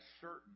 certain